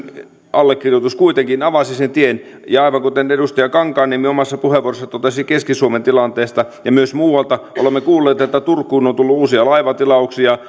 allekirjoitus kuitenkin avasi sen tien aivan kuten edustaja kankaanniemi omassa puheenvuorossaan totesi keski suomen tilanteesta ja myös muualta olemme kuulleet että turkuun on tullut uusia laivatilauksia